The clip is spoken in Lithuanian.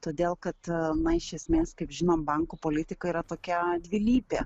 todėl kad na iš esmės kaip žinom bankų politika yra tokia dvilypė